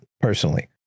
personally